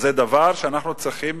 אנחנו צריכים